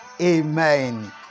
Amen